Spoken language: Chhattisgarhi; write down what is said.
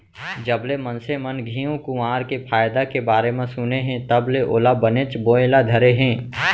जबले मनसे मन घींव कुंवार के फायदा के बारे म सुने हें तब ले ओला बनेच बोए ल धरे हें